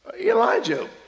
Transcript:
Elijah